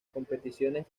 competiciones